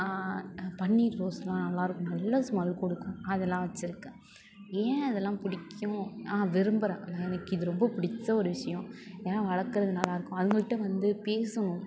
பன்னீர் rose எல்லாம் நல்லா இருக்கும் நல்ல ஸ்மெல் கொடுக்கும் அதெல்லாம் வச்சுருக்கேன் ஏன் அதெல்லாம் பிடிக்கும் நான் விரும்புகிறேன் எனக்கு இது ரொம்ப பிடிச்ச ஒரு விஷயம் ஏன்னா வளர்க்குறது நல்லா இருக்கும் அதுங்கள்கிட்ட வந்து பேசணும்